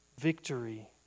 victory